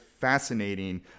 fascinating